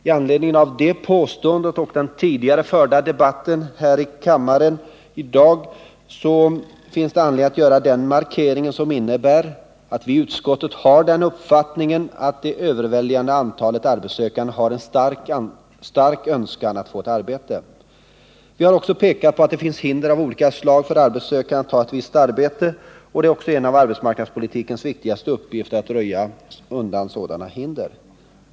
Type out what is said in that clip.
Med anledning av det påståendet och av den tidigare förda debatten här i kammaren i dag finns det skäl att göra en markering, som innebär att vi inom utskottet har den uppfattningen att det överväldigande antalet arbetssökande har en stark önskan att få ett arbete. Vi har också pekat på att det kan finnas hinder av olika slag för arbetssökande att ta ett visst arbete, och det är också en av arbetsmarknadspolitikens viktigaste uppgifter att undanröja sådana hinder.